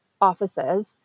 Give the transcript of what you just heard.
offices